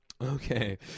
Okay